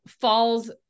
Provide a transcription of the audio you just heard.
falls